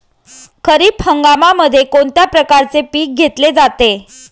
खरीप हंगामामध्ये कोणत्या प्रकारचे पीक घेतले जाते?